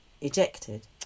ejected